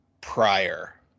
prior